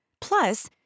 Plus